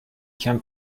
can